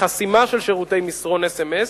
חסימה של שירותי מסרון, אס.אם.אס,